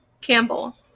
Campbell